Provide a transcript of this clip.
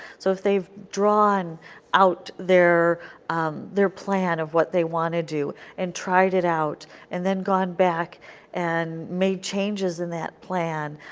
so if they have drawn out their um their plan of what they want to do and tried it out and then gone back and made changes in that plan,